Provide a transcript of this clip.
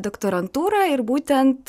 doktorantūrą ir būtent